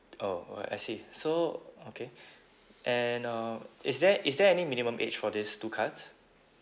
oh oh I see so okay and uh is there is there any minimum age for these two cards